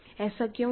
ऐसा क्यों है